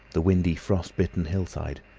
the windy frost-bitten hillside,